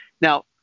Now